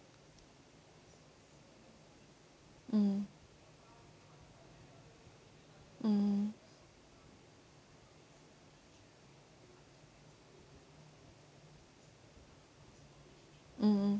mm mm mm mm